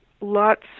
lots